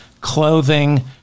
clothing